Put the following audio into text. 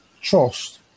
trust